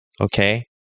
Okay